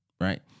Right